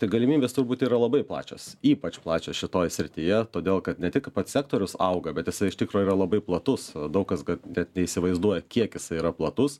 tai galimybės turbūt yra labai plačios ypač plačios šitoj srityje todėl kad ne tik pats sektorius auga bet jisai iš tikro yra labai platus daug kas bet neįsivaizduoju kiek jisai yra platus